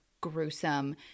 gruesome